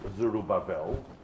Zerubbabel